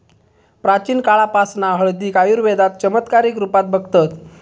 प्राचीन काळापासना हळदीक आयुर्वेदात चमत्कारीक रुपात बघतत